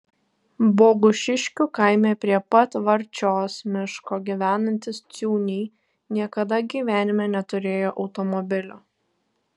bogušiškių kaime prie pat varčios miško gyvenantys ciūniai niekada gyvenime neturėjo automobilio